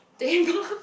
table